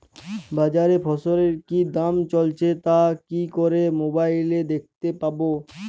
বাজারে ফসলের কি দাম চলছে তা কি করে মোবাইলে দেখতে পাবো?